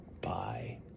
Bye